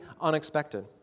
unexpected